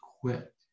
quit